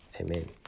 Amen